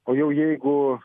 o jau jeigu